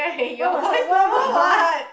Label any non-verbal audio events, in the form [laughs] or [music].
why must I why [laughs]